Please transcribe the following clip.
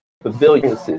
pavilions